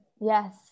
Yes